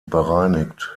bereinigt